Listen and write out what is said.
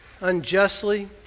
unjustly